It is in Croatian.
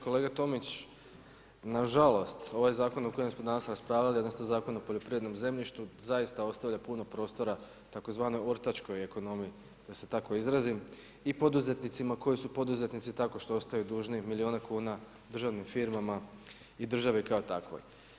Kolega Tomić, nažalost ovaj zakon o kojem smo danas raspravljali, odnosno Zakon o poljoprivrednom zemljištu zaista ostavlja puno prostora tzv. ortačkoj ekonomiji da se tako izrazim i poduzetnicima koji su poduzetnici tako što ostaju dužni milijune kuna državnim firmama i državi kao takvoj.